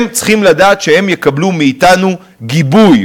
הם צריכים לדעת שהם יקבלו מאתנו גיבוי,